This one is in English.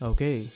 Okay